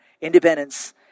independence